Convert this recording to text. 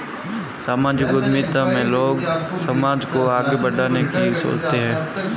सामाजिक उद्यमिता में लोग समाज को आगे बढ़ाने की सोचते हैं